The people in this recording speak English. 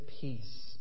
peace